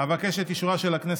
ארבעה.